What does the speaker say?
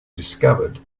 discovered